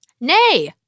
Nay